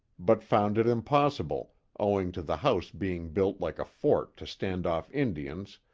but found it impossible, owing to the house being built like a fort to stand off indians,